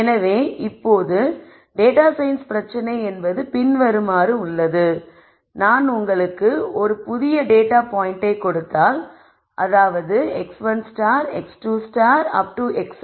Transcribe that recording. எனவே இப்போது data science பிரச்சனை என்பது பின்வருமாறு உள்ளது நான் உங்களுக்கு ஒரு புதிய டேட்டா பாயிண்ட்டை கொடுத்தால் அதாவது x1 x2